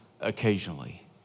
occasionally